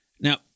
Now